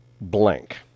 blank